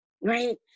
right